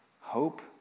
hope